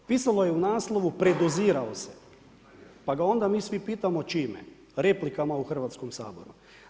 Pisalo je u naslovu, predozirao se, pa ga onda svi mi pitamo čime, replikama u Hrvatskom saboru.